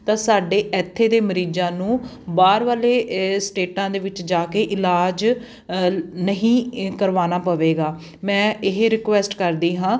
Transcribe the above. ਤਾਂ ਸਾਡੇ ਇੱਥੇ ਦੇ ਮਰੀਜ਼ਾਂ ਨੂੰ ਬਾਹਰ ਵਾਲੇ ਸਟੇਟਾਂ ਦੇ ਵਿੱਚ ਜਾ ਕੇ ਇਲਾਜ ਨਹੀਂ ਏ ਕਰਵਾਉਣਾ ਪਵੇਗਾ ਮੈਂ ਇਹ ਰਿਕੁਐਸਟ ਕਰਦੀ ਹਾਂ